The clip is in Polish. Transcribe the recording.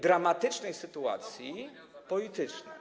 dramatycznej sytuacji politycznie?